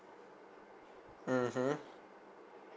mmhmm